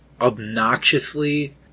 obnoxiously